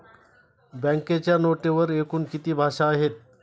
बँकेच्या नोटेवर एकूण किती भाषा आहेत?